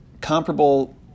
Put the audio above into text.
comparable